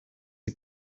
sie